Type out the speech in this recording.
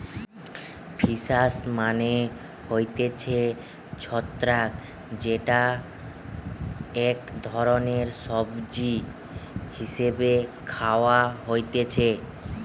fungus মানে হতিছে ছত্রাক যেইটা এক ধরণের সবজি হিসেবে খাওয়া হতিছে